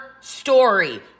story